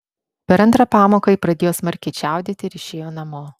per antrą pamoką ji pradėjo smarkiai čiaudėti ir išėjo namo